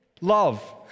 love